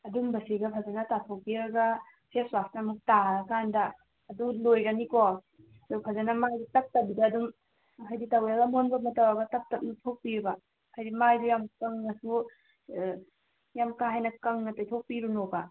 ꯑꯗꯨꯝꯕꯁꯤꯒ ꯐꯖꯅ ꯇꯥꯊꯣꯛꯄꯤꯔꯒ ꯐꯦꯁ ꯋꯥꯁꯅ ꯑꯃꯨꯛ ꯇꯥꯔ ꯀꯥꯟꯗ ꯑꯗꯨ ꯂꯣꯏꯔꯅꯤꯀꯣ ꯑꯗꯨ ꯐꯖꯅ ꯃꯥꯒꯤ ꯇꯛꯇꯕꯤꯗ ꯑꯗꯨꯝ ꯍꯥꯏꯗꯤ ꯇꯥꯋꯦꯜ ꯑꯃꯣꯟꯕ ꯑꯃ ꯇꯧꯔꯒ ꯇꯞ ꯇꯞ ꯅꯞꯊꯣꯛꯄꯤꯕ ꯍꯥꯏꯗꯤ ꯃꯥꯏꯗꯨ ꯌꯥꯝ ꯀꯪꯑꯁꯨ ꯑꯥ ꯌꯥꯝ ꯀꯥ ꯍꯦꯟꯅ ꯀꯪꯅ ꯇꯩꯊꯣꯛꯄꯤꯔꯨꯅꯣꯕ